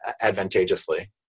advantageously